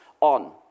on